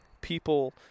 people